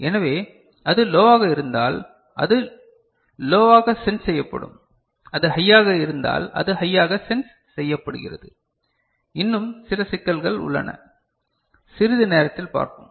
எனவே அது லோவாக இருந்தால் அது லோவாக சென்ஸ் செய்யப்படும் அது ஹையாக இருந்தால் அது ஹையாக சென்ஸ் செய்யப்படுகிறது இன்னும் சில சிக்கல்கள் உள்ளன சிறிது நேரத்தில் பார்ப்போம்